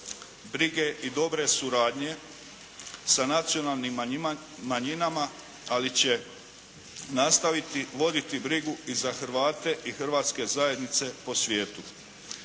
brige i dobre suradnje sa nacionalnim manjinama ali će nastaviti voditi brigu i za Hrvate i hrvatske zajednice po svijetu.